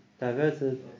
diverted